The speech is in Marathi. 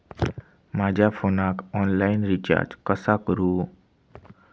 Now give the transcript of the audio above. माझ्या फोनाक ऑनलाइन रिचार्ज कसा करू?